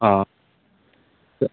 ಹಾಂ